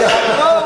את הרוח